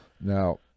Now